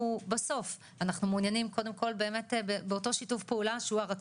בסוף אנחנו מעוניינים קודם כל באמת באותו שיתוף פעולה שהוא הרצוי,